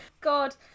God